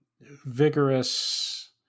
vigorous